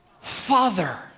Father